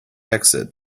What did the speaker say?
exit